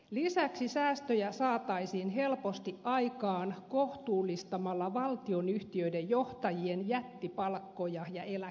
lisäksi säästöjä saataisiin helposti aikaan kohtuullistamalla valtionyhtiöiden johtajien jättipalkkoja ja eläkkeitä